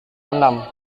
enam